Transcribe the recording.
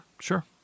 sure